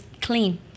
clean